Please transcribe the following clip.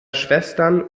schwestern